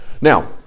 now